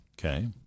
Okay